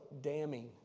damning